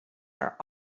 are